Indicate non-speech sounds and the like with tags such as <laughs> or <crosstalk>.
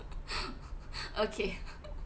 <laughs> okay <laughs>